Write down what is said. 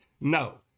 No